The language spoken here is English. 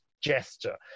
gesture